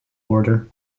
order